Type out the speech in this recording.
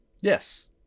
Yes